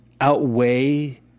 outweigh